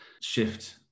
shift